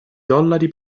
dollari